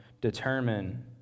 determine